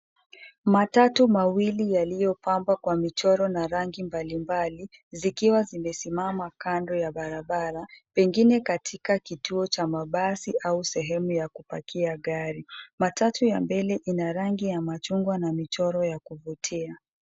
Matatu mawili yaliyopambwa kwa michoro na rangi mbalimbali zikiwa zimesimama kando ya barabara pengine katika kituo cha mabasi au sehemu ya kupakia gari. Matatu ya mbele ina rangi ya machungwa na michoro ya kuvutia.